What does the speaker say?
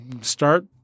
start